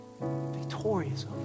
victorious